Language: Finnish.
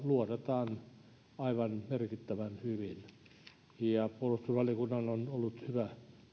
luodataan aivan merkittävän hyvin puolustusvaliokunnan on ollut hyvä